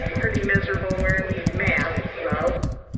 pretty miserable wearing these masks though.